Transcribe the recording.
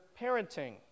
parenting